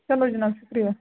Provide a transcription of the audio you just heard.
چلو جِناب شُکریہ